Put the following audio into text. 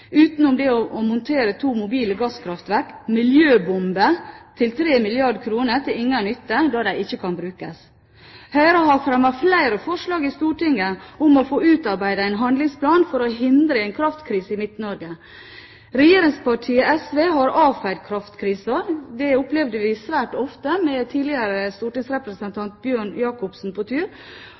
utenom det å montere to mobile gasskraftverk – miljøbomber til 3 milliarder kr til ingen nytte, da de ikke kan brukes. Høyre har fremmet flere forslag i Stortinget om å få utarbeidet en handlingsplan for å hindre en kraftkrise i Midt-Norge. Regjeringspartiet SV har avfeid kraftkrisen – det opplevde vi svært ofte med tidligere stortingsrepresentant Bjørn Jacobsen på tur